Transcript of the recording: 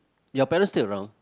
your parent still around